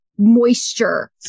moisture